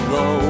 go